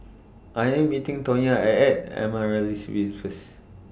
I Am meeting Tonya I At Amaryllis Ville First